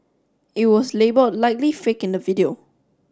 it was label likely fake in the video